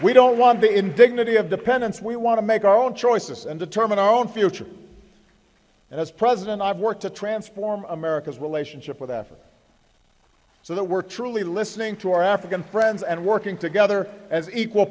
we don't want the indignity of dependence we want to make our own choices and determine our own future and as president i've worked to transform america's relationship with africa so that we're truly listening to our african friends and working together as equal